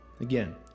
Again